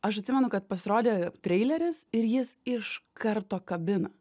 aš atsimenu kad pasirodė treileris ir jis iš karto kabina